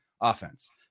offense